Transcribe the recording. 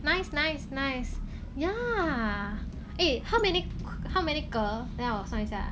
nice nice nice yeah eh how many how many 格等一下我算一下